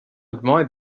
admired